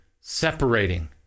separating